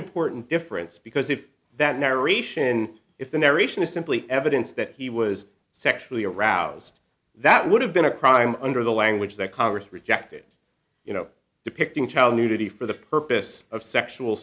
important difference because if that narration if the narration is simply evidence that he was sexually aroused that would have been a crime under the language that congress rejected you know depicting child nudity for the purpose of sexual